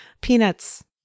Peanuts